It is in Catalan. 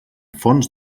fons